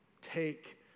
take